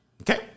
Okay